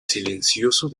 silencioso